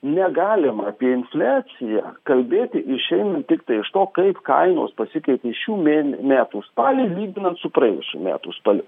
negalima apie infliaciją kalbėti išeinant tiktai iš to kaip kainos pasikeitė šių mėn metų spalį lyginant su praėjusių metų spaliu